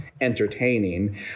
entertaining